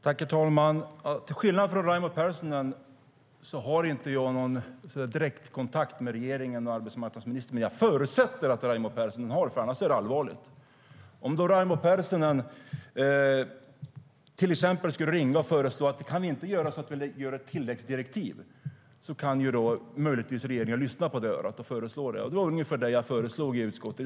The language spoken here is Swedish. Herr talman! Till skillnad från Raimo Pärssinen har jag ingen direktkontakt med regeringen och arbetsmarknadsministern. Jag förutsätter att Raimo Pärssinen har det, för annars är det allvarligt. Det var ungefär det jag föreslog i utskottet.